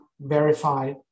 verify